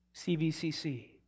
CVCC